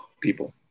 people